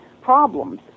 problems